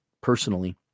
personally